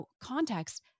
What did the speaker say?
context